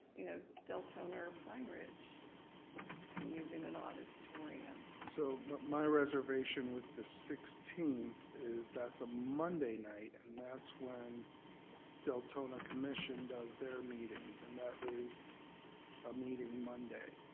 you know, deltona or pine ridge and using an auditorium. so but my reservation with the sixteenth is that's a monday night and that's when deltona commission does their meetings and that is a meeting monday.